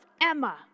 Emma